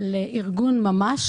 לארגון ממ"ש